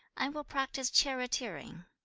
i will practise charioteering